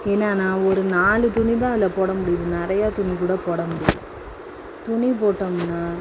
என்னென்னா ஒரு நாலு துணி தான் அதில் போட முடியுது நிறையா துணி கூட போட முடியலை துணி போட்டோம்னால்